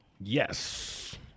Yes